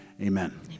Amen